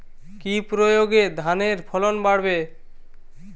কি প্রয়গে ধানের ফলন বাড়বে?